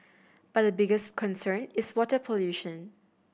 but the biggest concern is water pollution